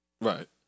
Right